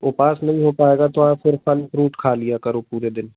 उपवास नहीं हो पाएगा तो आप फिर फल फ़्रूट खा लिया करो पूरे दिन